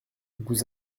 vous